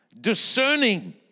discerning